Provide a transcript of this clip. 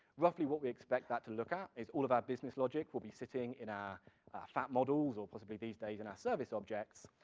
roughly what we expect that to look at, is all of our business logic will be sitting in our fat models, or possibly these days in our service objects,